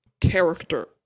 character